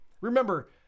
Remember